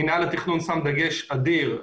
מינהל התכנון שם דגש אדיר.